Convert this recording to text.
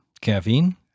Caffeine